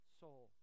soul